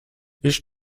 ich